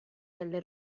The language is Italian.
delle